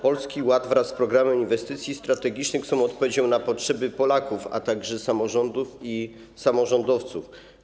Polski Ład wraz z Programem Inwestycji Strategicznych są odpowiedzią na potrzeby Polaków, a także samorządów i samorządowców.